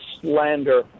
slander